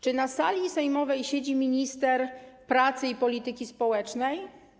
Czy na sali sejmowej siedzi minister pracy i polityki społecznej?